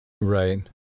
Right